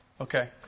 Okay